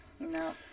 No